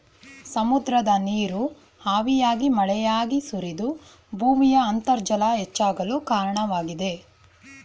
ಸಮುದ್ರದ ನೀರು ಹಾವಿಯಾಗಿ ಮಳೆಯಾಗಿ ಸುರಿದು ಭೂಮಿಯ ಅಂತರ್ಜಲ ಹೆಚ್ಚಾಗಲು ಕಾರಣವಾಗಿದೆ